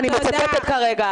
אני מצטטת כרגע.